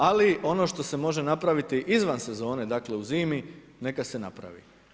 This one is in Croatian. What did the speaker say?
Ali ono što se može napraviti izvan sezone, dakle u zimi neka se napravi.